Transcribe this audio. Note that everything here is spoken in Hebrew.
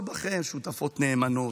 למצוא בכן שותפות נאמנות.